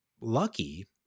lucky